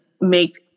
make